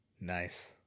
Nice